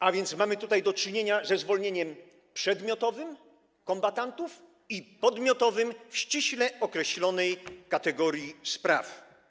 A więc mamy tutaj do czynienia ze zwolnieniem przedmiotowym - kombatantów i podmiotowym - ściśle określonej kategorii spraw.